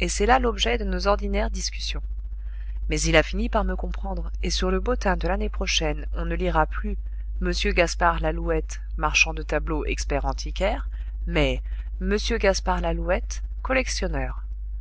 et c'est là l'objet de nos ordinaires discussions mais il a fini par me comprendre et sur le bottin de l'année prochaine on ne lira plus m gaspard lalouette marchand de tableaux expert antiquaire mais m gaspard lalouette